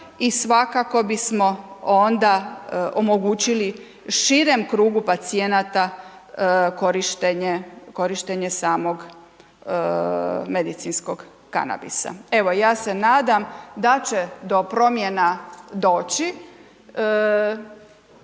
i svakako bismo onda omogućili onda širem krugu pacijenata, korištenje, korištenje samog medicinskog kanabisa. Evo ja se nadam da će do promjena doći,